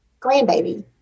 grandbaby